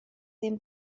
ddim